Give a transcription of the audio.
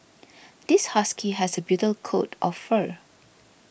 this husky has a bitter coat of fur